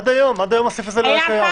עד היום הסעיף הזה לא היה קיים.